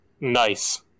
nice